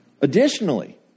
Additionally